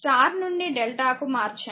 star నుండి delta కు మార్చండి